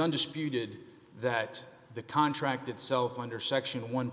undisputed that the contract itself under section one